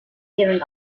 giving